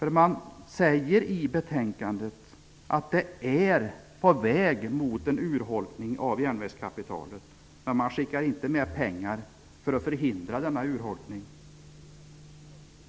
I betänkandet sägs det att vi är på väg mot en urholkning av järnvägskapitalet. Man skickar inte med pengar för att förhindra denna urholkning.